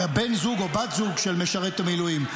בן זוג או בת זוג של משרת המילואים.